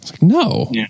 No